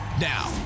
Now